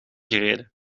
gereden